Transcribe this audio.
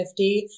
50